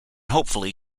hopefully